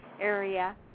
area